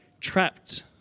trapped